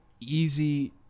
easy